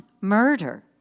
murder